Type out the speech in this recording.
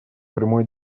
прямой